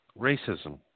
Racism